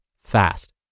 fast